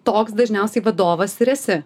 toks dažniausiai vadovas ir esi